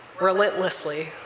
relentlessly